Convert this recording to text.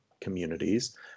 communities